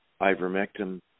ivermectin